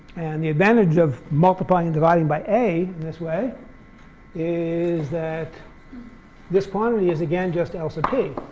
and the advantage of multiplying and dividing by a and this way is that this quantity is again just l sub p,